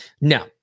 Now